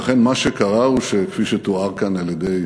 ואכן, מה שקרה הוא שכפי שתואר כאן על-ידי